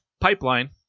pipeline